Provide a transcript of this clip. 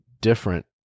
different